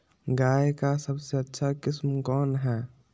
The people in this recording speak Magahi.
गाय का सबसे अच्छा किस्म कौन हैं?